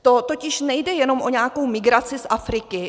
To totiž nejde jenom o nějakou migraci z Afriky.